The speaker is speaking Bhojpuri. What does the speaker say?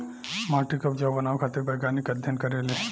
माटी के उपजाऊ बनावे खातिर वैज्ञानिक अध्ययन करेले